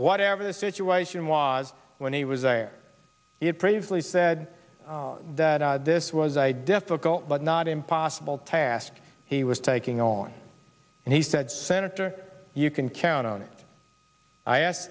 whatever the situation was when he was there it bravely said that this was a difficult but not impossible task he was taking on and he said senator you can count on it i asked